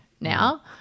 now